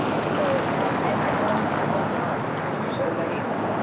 yeah so and i don't i don't wanna do shows, i hate them,